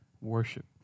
worship